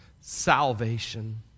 salvation